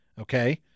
Okay